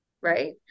Right